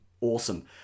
Awesome